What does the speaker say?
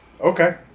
Okay